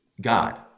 God